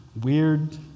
weird